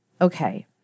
okay